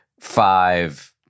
five